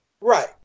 Right